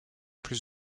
plus